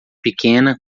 pequena